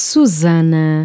Susana